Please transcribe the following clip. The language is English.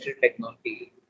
Technology